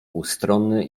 ustronny